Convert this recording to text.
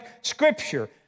Scripture